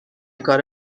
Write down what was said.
کار